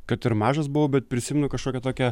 kad ir mažas buvau bet prisimenu kažkokią tokią